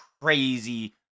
crazy